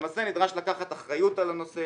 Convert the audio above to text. למעשה נדרש לקחת אחריות על הנושא,